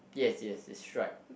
yes yes it's striped